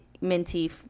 minty